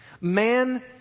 Man